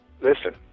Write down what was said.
listen